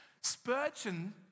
Spurgeon